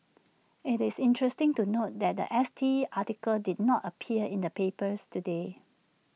IT is interesting to note that The S T article did not appear in the papers today